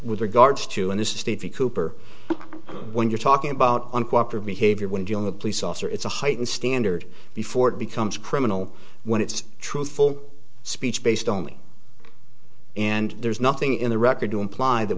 with regards to an estate cooper when you're talking about one cooperate behavior when dealing with a police officer it's a heightened standard before it becomes criminal when it's truthful speech based on me and there's nothing in the record to imply that